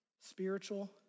Spiritual